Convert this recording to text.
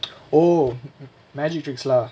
oh magic tricks lah